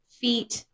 feet